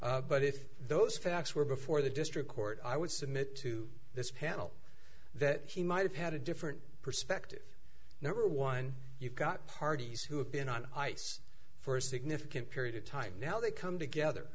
not but if those facts were before the district court i would submit to this panel that he might have had a different perspective number one you've got parties who have been on ice for a significant period of time now they come together